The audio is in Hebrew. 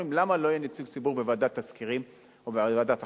אומרים: למה לא יהיה נציג ציבור בוועדת תסקירים או בוועדת החלטה?